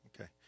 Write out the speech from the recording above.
Okay